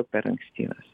per anksti jos